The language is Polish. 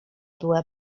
była